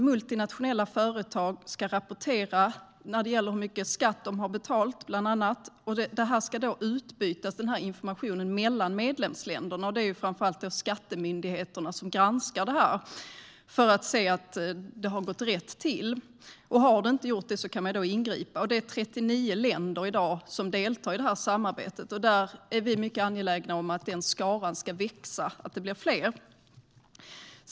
Multinationella företag ska rapportera bland annat hur mycket skatt de har betalat. Informationen ska utbytas mellan medlemsländerna. Det är då framför allt skattemyndigheterna som granskar informationen för att se att det har gått rätt till, och om det inte har gjort det kan man ingripa. Det är i dag 39 länder som deltar i detta samarbete, och vi är mycket angelägna om att skaran ska växa, att det blir fler.